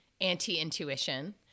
anti-intuition